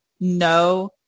No